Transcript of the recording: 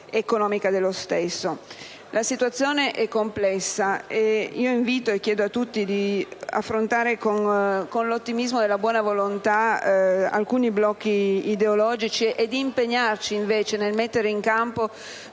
La situazione è complessa ed io invito tutti ad affrontare con l'ottimismo della buona volontà alcuni blocchi ideologici impegnandoci a mettere in campo